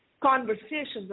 conversations